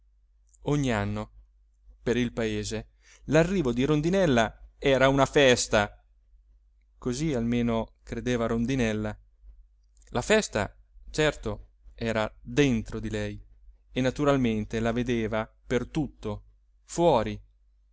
ogni anno per il paese l'arrivo di rondinella era una festa così almeno credeva rondinella la festa certo era dentro di lei e naturalmente la vedeva per tutto fuori